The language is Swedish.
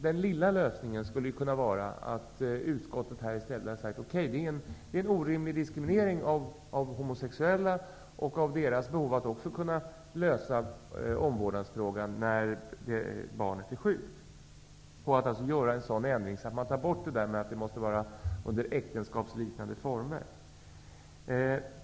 Den ''lilla'' lösningen skulle kunna vara att utskottet säger: Det här är en orimlig diskriminering av homosexuella när det gäller deras behov av att kunna lösa omvårdnadsfrågan vid barns sjukdom och att man föreslår en ändring genom att ta bort orden ''under äktenskapsliknande former'' vid en formulering.